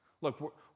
Look